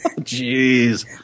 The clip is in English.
Jeez